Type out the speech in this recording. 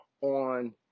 on